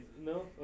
No